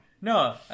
No